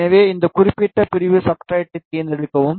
எனவே இந்த குறிப்பிட்ட பிரிவு சப்ஸ்ட்ரட்டைத் தேர்ந்தெடுக்கவும்